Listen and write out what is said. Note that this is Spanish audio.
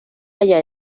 haya